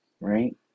right